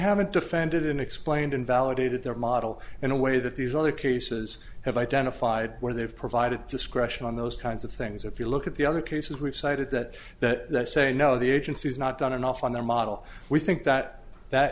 haven't defended and explained invalidated their model in a way that these other cases have identified where they've provided discretion on those kinds of things if you look at the other cases we've cited that that saying no the agency has not done enough on their model we think that that